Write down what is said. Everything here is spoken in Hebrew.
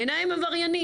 בעיניי הם עבריינים.